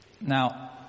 Now